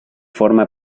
forma